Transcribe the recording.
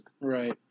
Right